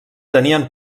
tenien